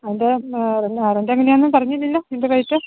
അതിൻ്റെ rent rent എങ്ങനെയാണെന്ന് പറഞ്ഞില്ലല്ലോ ഇതിൻ്റെ പ്രൈസ്